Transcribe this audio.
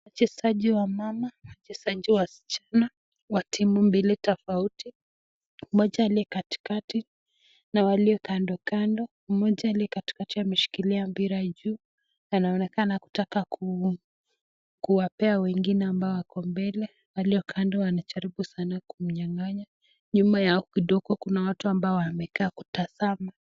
Wachezaji wamama, wachezaji wasichana wa timu mbili tofauti. Mmoja aliye katikati na walio kandokando. Mmoja aliye katikati ameshikilia mpira juu, anaonekana kutaka kuwapea wengine ambao wako mbele. Alio kando wanajaribu sana kumnyang'anya. Nyuma yao kidogo kuna watu ambao wamekaa kutazama.